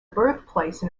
birthplace